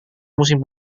musim